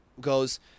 goes –